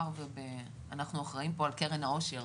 מאחר ואנחנו אחראיים כאן על קרן העושר,